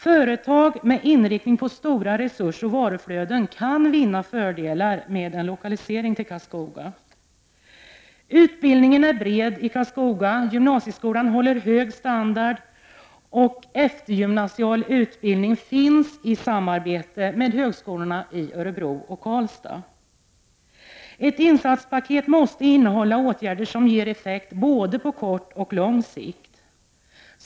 Företag med inriktning på stora resursoch varuflöden kan vinna fördelar med en lokalisering till Karlskoga. Utbildningen i Karlskoga är bred. Gymnasieskolan håller hög standard, och eftergymnasial utbildning finns i samarbete med högskolorna i Örebro och Karlstad. Ett insatspaket måste innehålla åtgärder som ger effekt på både kort och lång sikt.